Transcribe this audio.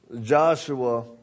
Joshua